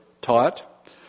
taught